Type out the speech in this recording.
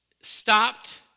stopped